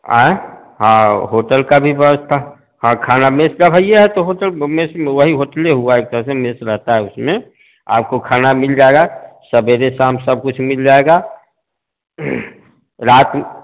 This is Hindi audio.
अएँ हाँ होटल की भी व्यवस्था हाँ खाना मेस का भैया है तो होटल मेस में वही होटलें हुआ एक तरह से मेस रहता है उसमें आपको खाना मिल जाएगा सवेरे शाम सब कुछ मिल जाएगा रात